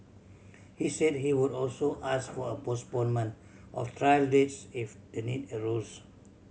he said he would also ask for a postponement of trial dates if the need arose